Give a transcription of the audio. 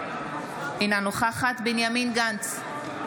אינה נוכחת בנימין גנץ,